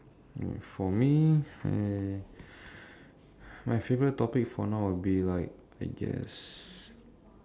uh for me eh my favorite topic for now will be like I guess